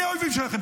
מי האויבים שלכם?